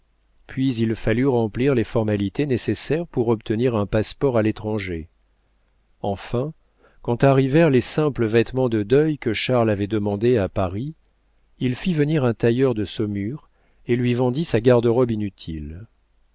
puis il fallut remplir les formalités nécessaires pour obtenir un passeport à l'étranger enfin quand arrivèrent les simples vêtements de deuil que charles avait demandés à paris il fit venir un tailleur de saumur et lui vendit sa garde-robe inutile